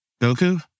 Goku